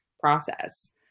process